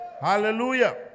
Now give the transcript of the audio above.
Hallelujah